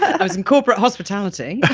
i was in corporate hospitality